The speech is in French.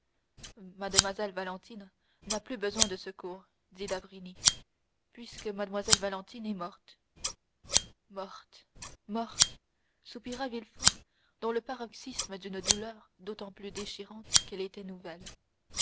mlle valentine n'a plus besoin de secours dit d'avrigny puisque mlle valentine est morte morte morte soupira villefort dans le paroxysme d'une douleur d'autant plus déchirante qu'elle était nouvelle